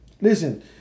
Listen